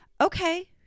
Okay